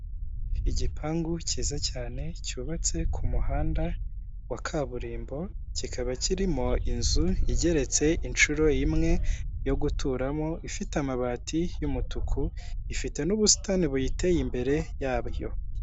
Igipangu cyiza cyane cyubatse ku muhanda wa kaburimbo, kikaba kirimo inzu igeretse inshuro imwe yo guturamo, ifite amabati y'umutuku, ifite n'ubusitani buyiteye imbere yabyo.